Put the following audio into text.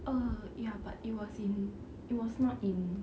oh ya but it was in it was not in